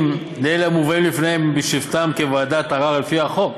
לאלה המובאים לפניהם בשבתם כוועדת ערר לפי החוק.